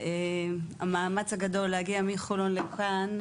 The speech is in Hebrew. המאמץ הגדול להגיע מחולון לכאן,